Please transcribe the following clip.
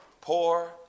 poor